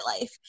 life